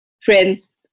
friends